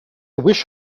wish